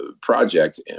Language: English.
project